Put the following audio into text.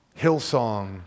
Hillsong